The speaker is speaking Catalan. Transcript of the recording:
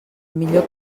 millor